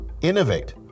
innovate